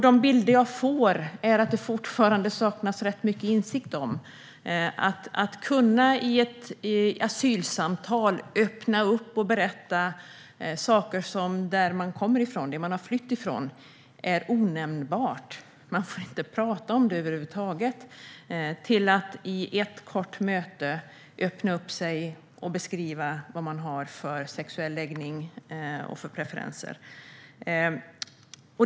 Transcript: De bilder jag får är att det fortfarande saknas rätt mycket insikt när det gäller att i ett asylsamtal kunna öppna upp och berätta saker som är onämnbara där man flytt ifrån - från att inte få prata om det över huvud taget till att i ett kort möte öppna upp sig och beskriva vad man har för sexuell läggning och för preferenser.